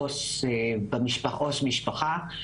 עו"ס משפחה.